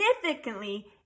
significantly